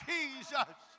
Jesus